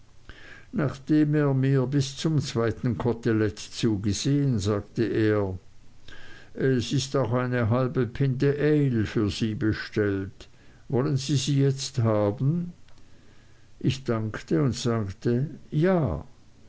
nachdem er mir bis zum zweiten kotelett zugesehen sagte er es ist auch eine halbe pinte ale für sie bestellt wollen sie sie jetzt haben ich dankte und sagte ja